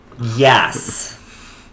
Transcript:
Yes